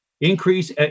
Increase